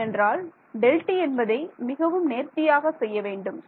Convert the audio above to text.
ஏனென்றால் Δt என்பதை மிகவும் நேர்த்தியாக செய்ய வேண்டும்